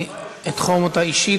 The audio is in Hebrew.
אני אתחום אותה אישית,